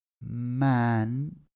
Man